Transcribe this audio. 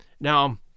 Now